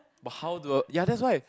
but how do ya that's why